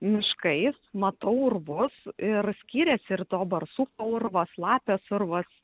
miškais matau urvus ir skyrėsi ir to barsuko urvas lapės urvas